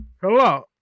hello